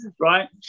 Right